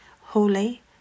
holy